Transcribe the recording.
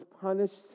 punished